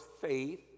faith